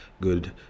good